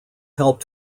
helped